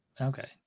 okay